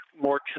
more